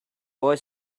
boy